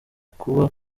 kuba